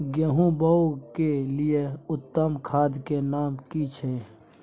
गेहूं बोअ के लिये उत्तम खाद के नाम की छै?